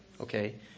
Okay